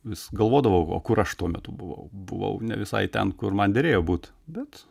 vis galvodavau o kur aš tuo metu buvau buvau ne visai ten kur man derėjo būt bet